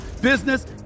business